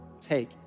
take